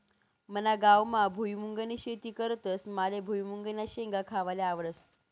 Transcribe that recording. मना गावमा भुईमुंगनी शेती करतस माले भुईमुंगन्या शेंगा खावाले आवडस